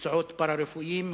מקצועות פארה-רפואיים.